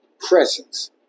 presence